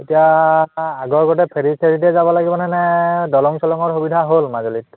এতিয়া আগৰগতে ফেৰী চেৰীতে যাব লাগিবনে নে দলং চলঙৰ সুবিধা হ'ল মাজুলীত